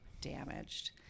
damaged